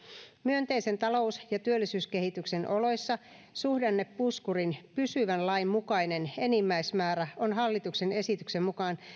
myönteisen talous ja työllisyyskehityksen oloissa suhdannepuskurin pysyvän lain mukainen enimmäismäärä on hallituksen esityksen mukaan